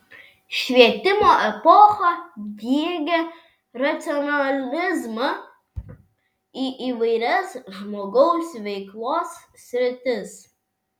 švietimo epocha diegė racionalizmą į įvairias žmogaus veiklos sritis